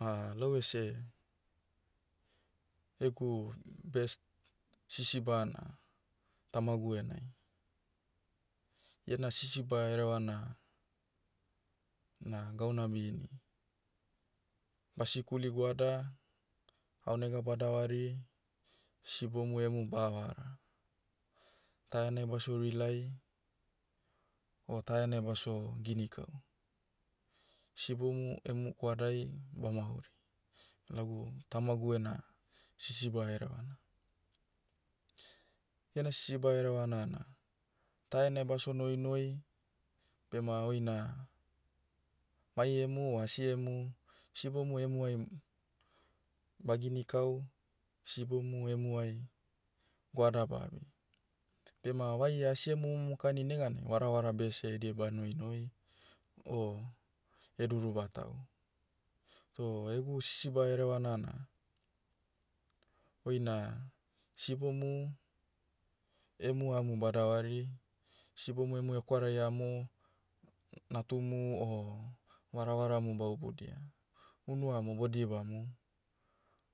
lau ese, egu, best, sisiba na, tamagu enai. Iena sisiba herevana, na gauna bini. Basikuli goada, aonega badavari, sibomu emu bahavara. Ta enai basio rely, o ta enai basio, gini kau. Sibomu emu goadai, bamauri. Lagu, tamagu ena, sisiba herevana. Iena sisiba herevana na, ta enai baso noinoi, bema oina, mai emu o asiemu, sibomu emuai m- bagini kau, sibomu emuai, goada ba abi. Bema vaia asimu momokani neganai varavara bese ediai banoinoi, o, heduru batahu. Toh egu sisiba herevana na, oina, sibomu, emu amu badavari. Sibomu emu hewarai amo, natumu o, varavaramu baubudia. Unu amo bodibamu,